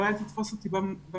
אבל אל תתפוס אותי במילה,